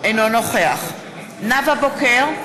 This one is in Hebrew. אינו נוכח נאוה בוקר,